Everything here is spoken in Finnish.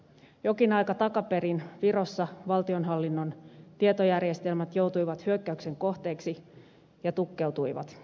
jokin aika takaperin virossa valtionhallinnon tietojärjestelmät joutuivat hyökkäyksen kohteeksi ja tukkeutuivat